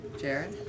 Jared